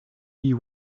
you